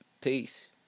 Peace